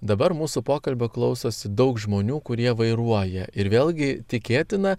dabar mūsų pokalbio klausosi daug žmonių kurie vairuoja ir vėlgi tikėtina